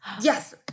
Yes